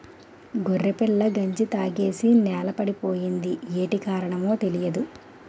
గొర్రెపిల్ల గంజి తాగేసి నేలపడిపోయింది యేటి కారణమో తెలీదు